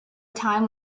time